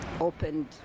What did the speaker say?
opened